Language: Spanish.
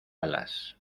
alas